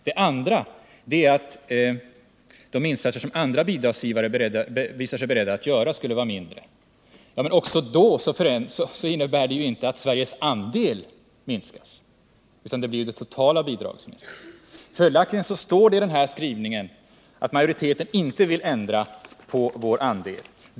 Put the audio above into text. Det andra är att de insatser som övriga bidragsgivare visar sig beredda att göra skulle vara mindre. Men inte heller detta innebär ju att Sveriges andel minskas, utan det är det totala bidraget som minskas. Följaktligen står det i denna skrivning att majoriteten inte vill ändra på vår andel.